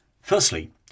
Firstly